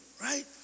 right